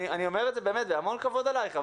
אני אומר את זה באמת בהמון כבוד אלייך,